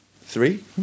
Three